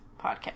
podcast